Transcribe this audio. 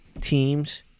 teams